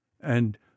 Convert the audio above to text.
And